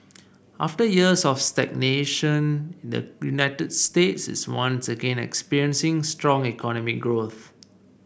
after years of stagnation the United States is once again experiencing strong economic growth